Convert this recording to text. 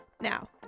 Now